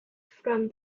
from